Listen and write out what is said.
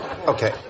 Okay